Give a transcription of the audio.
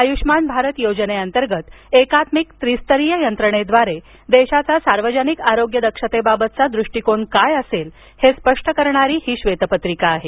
आयुष्मान भारत योजनेअंतर्गत एकात्मिक त्रिस्तरीय यंत्रणेद्वारे देशाचा सार्वजनिक आरोग्य दक्षातेबाबतचा दृष्टीकोन काय असेल हे स्पष्ट करणारी हि बैतपत्रिका आहे